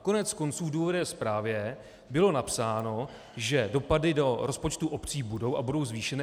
Koneckonců v důvodové zprávě bylo napsáno, že dopady do rozpočtů obcí budou, a budou zvýšené.